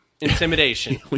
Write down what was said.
Intimidation